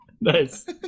Nice